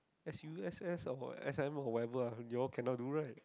s_u_s_s about s_i_m or whatever lah you all cannot do right